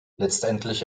letztendlich